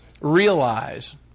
realize